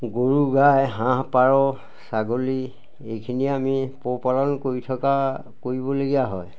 গৰু গাই হাঁহ পাৰ ছাগলী এইখিনিয়ে আমি পোহপালন কৰি থকা কৰিবলগীয়া হয়